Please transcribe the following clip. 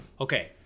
okay